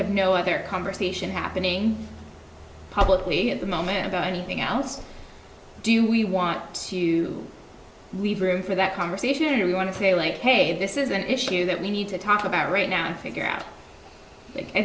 have no other conversation happening publicly at the moment about anything else do we want to leave room for that conversation or do we want to say like hey this is an issue that we need to talk about right now